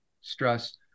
stress